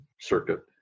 circuit